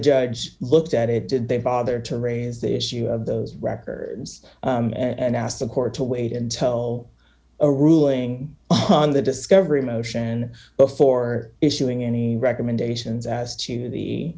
judge looked at it did they bother to raise the issue of those records and asked the court to wait until a ruling on the discovery motion before issuing any recommendations as